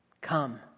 come